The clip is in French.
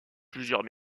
plusieurs